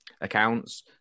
accounts